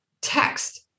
text